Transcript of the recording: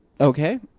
Okay